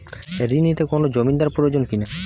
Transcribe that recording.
ঋণ নিতে কোনো জমিন্দার প্রয়োজন কি না?